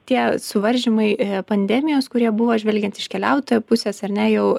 tie suvaržymai pandemijos kurie buvo žvelgiant iš keliautojo pusės ar ne jau